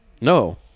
no